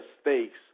stakes